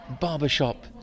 barbershop